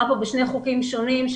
כאן בשני חוקים שונים,